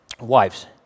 wives